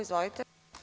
Izvolite.